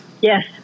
Yes